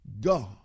God